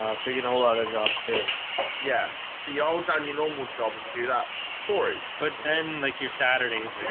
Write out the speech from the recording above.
um so you can all other jobs too yeah, so y'all done your normal job and do that for it, but then make your saturdays really.